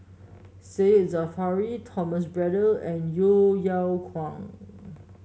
Said Zahari Thomas Braddell and Yeo Yeow Kwang